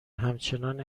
همچنان